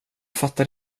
fattar